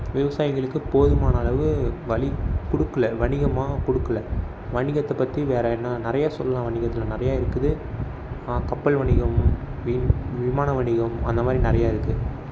விவசாயிகளுக்கு போதுமான அளவு வழி கொடுக்கல வணிகமாக கொடுக்கல வணிகத்தை பற்றி வேறு என்ன நிறைய சொல்லலாம் வணிகத்தில் நிறைய இருக்குது கப்பல் வணிகம் வி விமான வணிகம் அந்த மாதிரி நிறைய இருக்குது